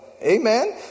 Amen